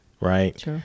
Right